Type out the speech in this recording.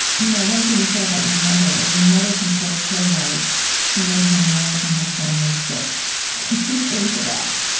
you know one thing you said about your mother, as your mother composed her life, she made her marriage and her family fit into that.